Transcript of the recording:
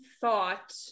thought